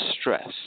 stress